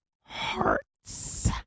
hearts